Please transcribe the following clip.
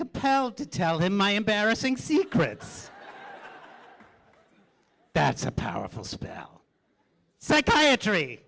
compelled to tell him my embarrassing secrets that's a powerful spell psychiatry